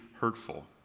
hurtful